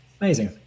amazing